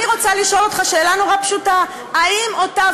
אני רוצה לשאול אותך שאלה נורא פשוטה: האם אותה